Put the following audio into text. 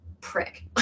prick